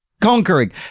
conquering